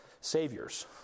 saviors